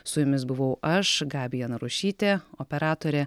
su jumis buvau aš gabija narušytė operatorė